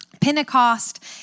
Pentecost